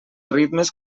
ritmes